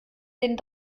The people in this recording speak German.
den